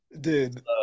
dude